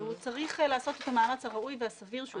והוא צריך לעשות את המאמץ הראוי והסביר שהוא